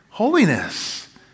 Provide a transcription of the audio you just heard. Holiness